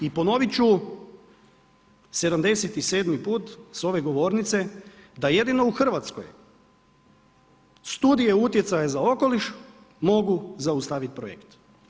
I ponovit ću 77. put sa ove govornice da jedino u Hrvatskoj studije utjecaja za okoliš mogu zaustaviti projekt.